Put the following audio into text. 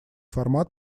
формат